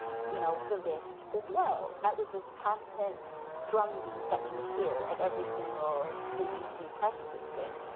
you know, the risk is low. that was this constant drumbeat that we would hear at every single cdc press briefing.